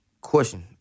question